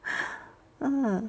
ah